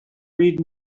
read